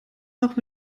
noch